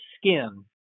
skin